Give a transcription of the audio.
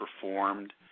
performed